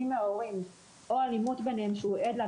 ההורים או אלימות ביניהם כשהילד עד לה,